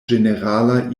ĝenerala